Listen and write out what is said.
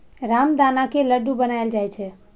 रामदाना के लड्डू बनाएल जाइ छै